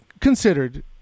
considered